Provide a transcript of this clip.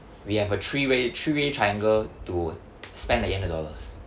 we have a three way three way triangle to spend the eight hundred dollars